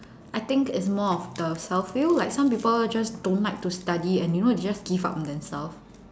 I think it's more of the self feel like some people like just don't like to study and you know they just give up on themselves